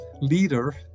leader